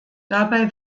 dabei